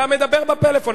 אתה מדבר בפלאפון.